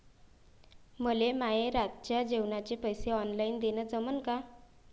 मले माये रातच्या जेवाचे पैसे ऑनलाईन देणं जमन का?